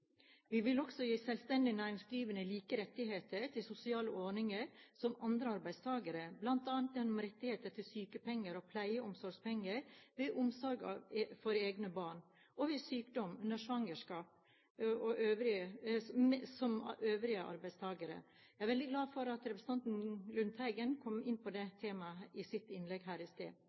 Vi vil også gi selvstendig næringsdrivende like rettigheter til sosiale ordninger som andre arbeidstakere, bl.a. gjennom rettigheter til sykepenger og pleie- og omsorgspenger ved omsorg for egne barn og ved sykdom under svangerskap. Jeg er veldig glad for at representanten Lundteigen kom inn på det temaet i sitt innlegg her i sted.